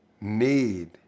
need